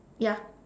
ya